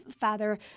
Father